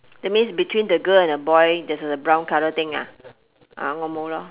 that means between the girl and the boy there's a brown colour thing ah ah wa mou lor